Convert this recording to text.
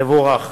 תבורך.